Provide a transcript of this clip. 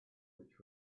which